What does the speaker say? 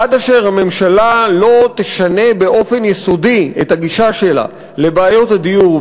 עד אשר לא תשנה הממשלה באופן יסודי את הגישה שלה לבעיות הדיור,